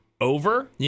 over